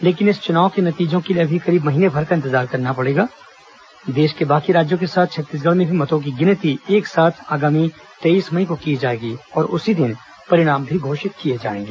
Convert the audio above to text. लेकिन इस चुनाव के नतीजों के लिए अभी करीब महीने भर का इंतजार करना होगा क्योंकि देश के बाकी राज्यों के साथ छत्तीसगढ़ में भी मतों की गिनती एक साथ आगामी तेईस मई को की जाएगी और उसी दिन परिणाम भी घोषित किए जाएंगे